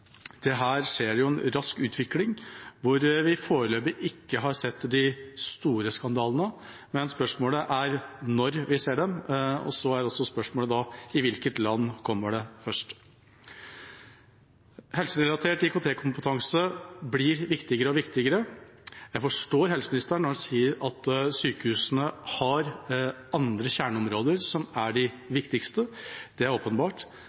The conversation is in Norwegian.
det en rask utvikling, hvor vi foreløpig ikke har sett de store skandalene. Men spørsmålet er når vi ser dem, og spørsmålet er også: I hvilket land kommer det først? Helserelatert IKT-kompetanse blir viktigere og viktigere. Jeg forstår helseministeren når han sier at sykehusene har andre kjerneområder, som er de viktigste – det er åpenbart